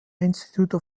institute